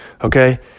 okay